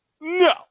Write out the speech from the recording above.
No